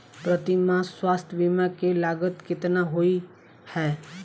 प्रति माह स्वास्थ्य बीमा केँ लागत केतना होइ है?